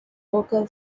local